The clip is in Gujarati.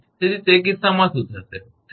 તેથી તે કિસ્સામાં શું થશે